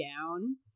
down